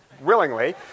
willingly